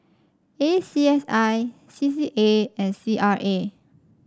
A C S I C C A and C R A